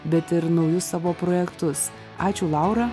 bet ir naujus savo projektus ačiū laura